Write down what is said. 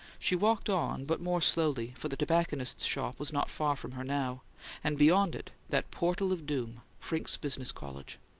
she walked on, but more slowly, for the tobacconist's shop was not far from her now and, beyond it, that portal of doom, frincke's business college.